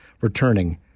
returning